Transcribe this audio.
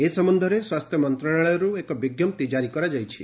ଏ ସମ୍ପନ୍ଧରେ ସ୍ୱାସ୍ଥ୍ୟ ମନ୍ତ୍ରଣାଳୟରୁ ଏକ ବିଜ୍ଞପ୍ତି କାରି କରାଯାଇଛି